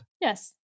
Yes